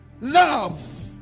love